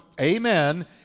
amen